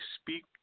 speak